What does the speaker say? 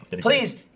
Please